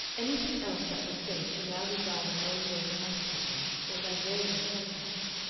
anything else that was said she now regarded only as an aspect of or diversion from that.